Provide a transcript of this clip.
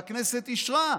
והכנסת אישרה,